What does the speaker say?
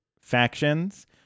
factions